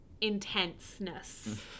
intenseness